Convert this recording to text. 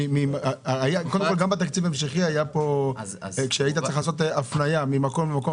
גם בתקציב ההמשכי כאשר היית צריך לעשות הפניה ממקום למקום